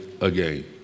again